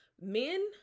men